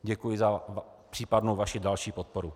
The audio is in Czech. Děkuji za případnou vaši další podporu.